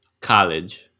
college